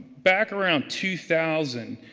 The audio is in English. back around two thousand,